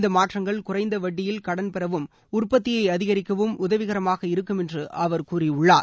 இந்த மாற்றங்கள் குறைந்த வட்டியில் கடன் பெறவும் உற்பத்தியை அதிகரிக்கவும் உதவிகரமாக இருக்கும் என்று அவர் கூறியுள்ளார்